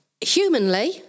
humanly